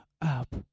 up